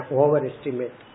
overestimate